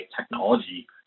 technology